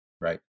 right